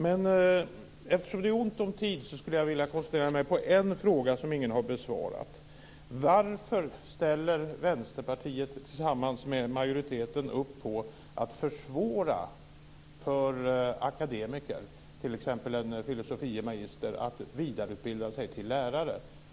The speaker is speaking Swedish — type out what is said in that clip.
Eftersom det är ont om tid ska jag koncentrera mig på en fråga som ingen har besvarat: Varför ställer Vänsterpartiet tillsammans med majoriteten upp på att försvåra för akademiker, t.ex. för en filosofie magister, att vidareutbilda sig till lärare?